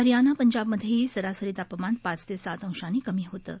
हरियाणा पंजावमधेही सरासरी तापमान पाच ते सात अंशांनी कमी होतं